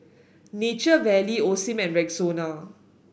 Nature Valley Osim and Rexona